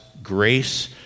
grace